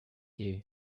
you